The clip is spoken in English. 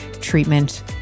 treatment